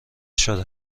شده